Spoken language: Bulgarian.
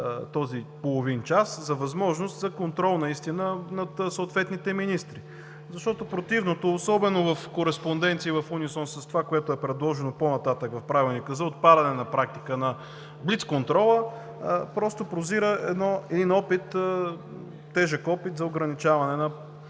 този половин час за възможност за контрол над съответните министри, защото противното, особено в кореспонденция и в унисон с това, което е предложено по-нататък в правилника за отпадане на практика на блицконтрола, просто прозира един тежък опит за ограничаване на